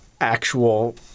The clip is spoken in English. actual